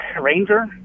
Ranger